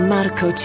Marco